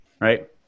right